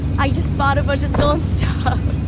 i just bought a bunch of stolen stuff